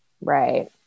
Right